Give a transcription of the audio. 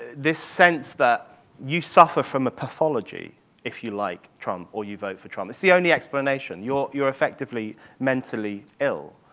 this sense that you suffer from a pathology if you like trump or you vote for trump. it's the only explanation. you're you're effectively mentally ill.